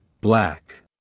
black